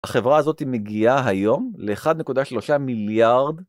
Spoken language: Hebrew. החברה הזאת מגיעה היום לאחד נקודה שלושה מיליארד.